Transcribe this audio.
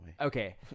Okay